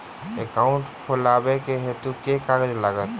Account खोलाबक हेतु केँ कागज लागत?